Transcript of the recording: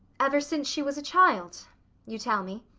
ever since she was a child you tell me.